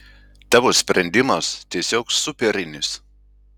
tavo sprendimas tiesiog superinis